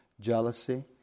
jealousy